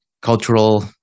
cultural